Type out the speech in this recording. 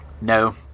No